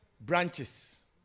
branches